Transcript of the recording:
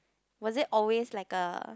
was it always like a